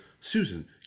Susan